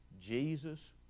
Jesus